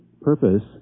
purpose